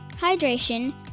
Hydration